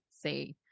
say